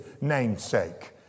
namesake